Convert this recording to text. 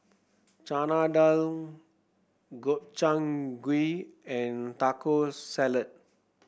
Chana Dal Gobchang Gui and Taco Salad